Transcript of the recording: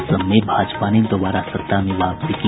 असम में भाजपा ने दोबारा सत्ता में वापसी की